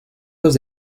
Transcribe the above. los